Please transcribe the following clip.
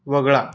वगळा